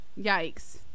yikes